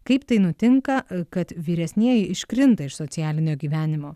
kaip tai nutinka kad vyresnieji iškrinta iš socialinio gyvenimo